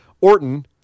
Orton